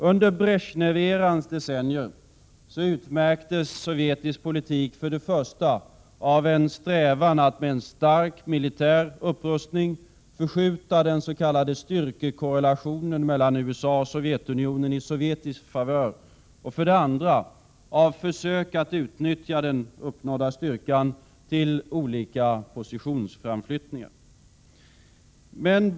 Under Bresjnev-erans decennier utmärktes sovjetisk politik för det första av en strävan att med en stark militär upprustning förskjuta den s.k. styrkekorrelationen mellan USA och Sovjetunionen i sovjetisk favör och för det andra av försök att utnyttja den uppnådda styrkan till olika positionsframflyttningar.